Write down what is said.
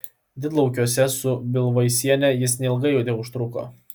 didlaukiuose su bilvaisiene jis neilgai teužtruko